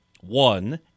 One